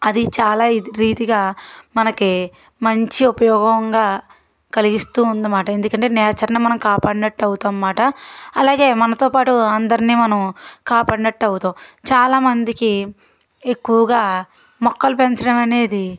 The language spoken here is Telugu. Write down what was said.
అది చాలా రీతిగా మనకి మంచి ఉపయోగంగా కలిగిస్తూ ఉందన్నమాట ఎందుకంటే నేచర్ని మనం కాపాడినట్టు అవుతామన్నమాట అలాగే మనతోపాటు అందరినీ మనం కాపడినట్టు అవుతాము చాలామందికి ఎక్కువగా మొక్కలు పెంచడం అనేది